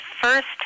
first